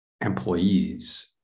employees